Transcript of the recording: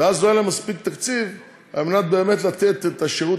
ואז לא יהיה להם מספיק תקציב באמת לתת את השירות